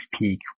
Peak